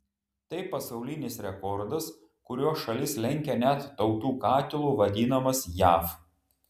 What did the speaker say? tai pasaulinis rekordas kuriuo šalis lenkia net tautų katilu vadinamas jav